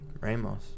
Ramos